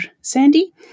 Sandy